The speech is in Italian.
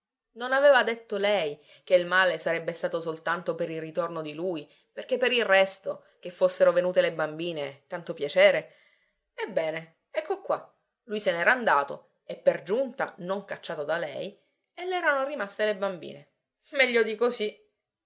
non aveva detto lei che il male sarebbe stato soltanto per il ritorno di lui perché per il resto che fossero venute le bambine tanto piacere ebbene ecco qua lui se n'era andato e per giunta non cacciato da lei e le erano rimaste le bambine meglio di così